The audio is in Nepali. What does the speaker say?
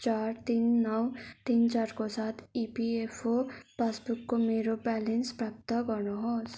चार तिन नौ तिन चार को साथ इपिएफओ पासबुकको मेरो ब्यालेन्स प्राप्त गर्नुहोस्